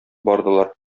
бардылар